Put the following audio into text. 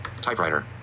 typewriter